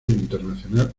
internacional